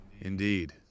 Indeed